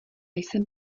jsem